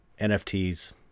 nfts